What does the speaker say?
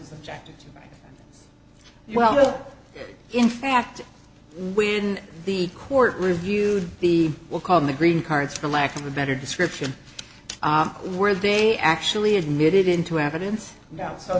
was objected to right well in fact when the court reviewed the will called the green cards for lack of a better description were they actually admitted into evidence now so